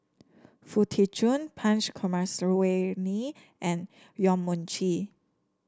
Foo Tee Jun Punch Coomaraswamy and Yong Mun Chee